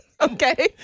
Okay